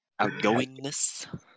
Outgoingness